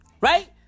Right